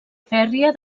fèrria